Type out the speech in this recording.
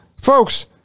folks